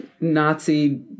Nazi